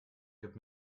gibt